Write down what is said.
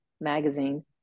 magazine